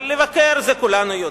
אבל לבקר, זה כולנו יודעים.